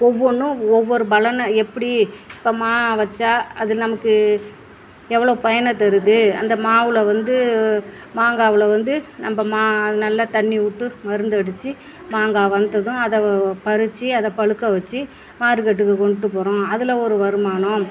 ஒவ்வொன்றும் ஒவ்வொரு பலனை எப்படி இப்போ மா வெச்சால் அது நமக்கு எவ்வளோ பயனை தருது அந்த மாவில் வந்து மாங்காவில் வந்து நம்ம மா நல்லா தண்ணி விட்டு மருந்து அடித்து மாங்காய் வந்ததும் அதை பறித்து அதை பழுக்க வெச்சு மார்க்கெட்டுக்கு கொண்டுட்டு போகிறோம் அதில் ஒரு வருமானம்